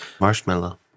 Marshmallow